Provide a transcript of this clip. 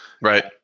right